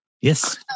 Yes